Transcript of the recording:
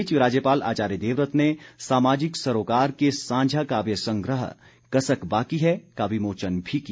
इस बीच राज्यपाल आचार्य देवव्रत ने सामाजिक सरोकार के सांझा काव्य संग्रह कसक बाकी है का विमोचन भी किया